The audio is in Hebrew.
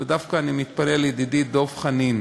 ודווקא אני מתפלא על ידידי דב חנין,